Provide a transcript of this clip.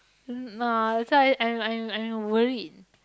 no that's why I'm I'm I'm worried